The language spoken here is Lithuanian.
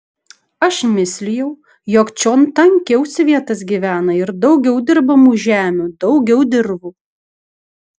aš mislijau jog čion tankiau svietas gyvena ir daugiau dirbamų žemių daugiau dirvų